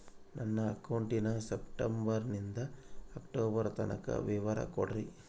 ನನ್ನ ಅಕೌಂಟಿನ ಸೆಪ್ಟೆಂಬರನಿಂದ ಅಕ್ಟೋಬರ್ ತನಕ ವಿವರ ಕೊಡ್ರಿ?